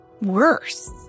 worse